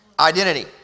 identity